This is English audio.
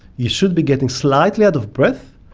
you should be getting slightly out of breath.